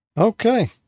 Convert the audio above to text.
Okay